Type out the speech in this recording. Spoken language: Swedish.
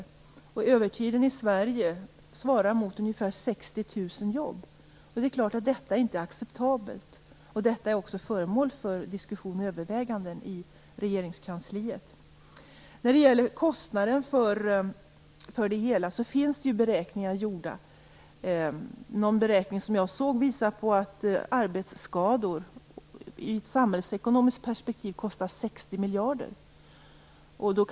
Övertiden i Sverige motsvarar ungefär 60 000 jobb. Det är klart att detta inte är acceptabelt. Frågan är också föremål för diskussion och överväganden i regeringskansliet. När det gäller kostnaden för det hela har det gjorts beräkningar. Någon beräkning som jag såg visade på att arbetsskador i ett samhällsekonomiskt perspektiv kostar 60 miljarder kronor.